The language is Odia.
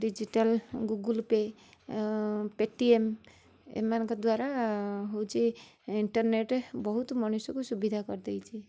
ଡିଜିଟାଲ ଗୁଗୁଲପେ ଏଁ ପେଟିଏମ ଏମାନଙ୍କ ଦ୍ବାରା ହଉଛି ଇଣ୍ଟରନେଟ୍ ବହୁତ ମଣିଷକୁ ସୁବିଧା କରିଦେଇଛି